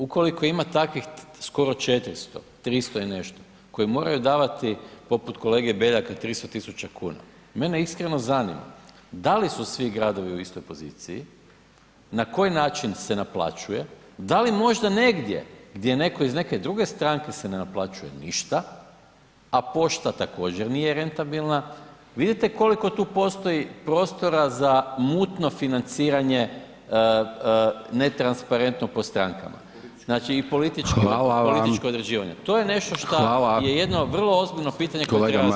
Ukoliko ima takvih skoro 400, 300 i nešto koji moraju davati poput kolege Beljaka 300.000,00 kn, mene iskreno zanima da li su svi gradovi u istoj poziciji, na koji način se naplaćuje, da li možda negdje gdje netko iz neke druge stranke se ne naplaćuje ništa, a pošta također nije rentabilna, vidite koliko tu postoji prostora za mutno financiranje ne transparentno po strankama, znači i politički [[Upadica: Hvala vam]] i političko određivanje, to je nešto [[Upadica: Hvala]] šta je jedno vrlo ozbiljno pitanje [[Upadica: Kolega Maras]] koje treba razmotrit.